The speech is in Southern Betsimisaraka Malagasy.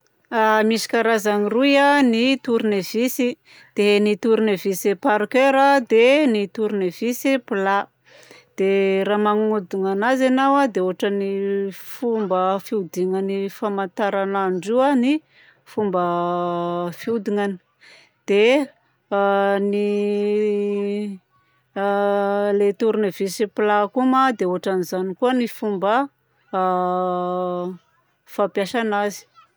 Misy karazany roy a ny tornevisy: dia ny tornevisy parker, dia ny tornevisy plat. Dia raha magnodona anazy ianao a dia ohatran'ny fomba fihodinan'ny famantaranandro io a ny fomba fihodinany. Dia a ny a ny tornevisy plat koa ma dia ohatran'izany koa ny fomba a fampiasana azy.